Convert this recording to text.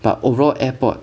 but overall airport